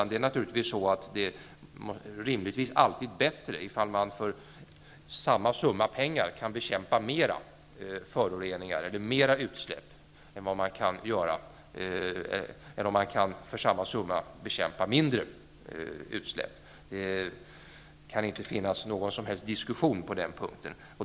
Det är rimligtvis alltid bättre ifall man för en viss summa pengar kan bekämpa mera utsläpp än om man använder pengarna på något annat sätt. Det kan inte finnas någon som helst diskussion på den punkten.